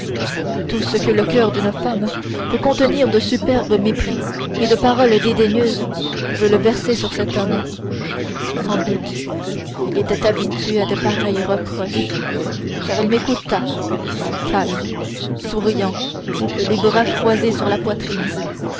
tout ce que le coeur d'une femme peut contenir de superbe mépris et de paroles dédaigneuses je le versai sur cet homme sans doute il était habitué à de pareils reproches car il m'écouta calme souriant et les bras croisés sur la poitrine